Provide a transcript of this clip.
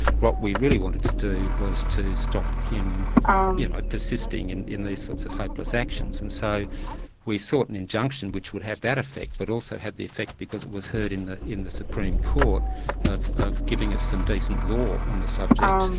what we really wanted to do was to stop him yeah ah persisting and in these sorts of hopeless actions. and so we sought an injunction which would have that effect, but also had the effect because it was heard in the in the supreme court of of giving us some decent law on the subject,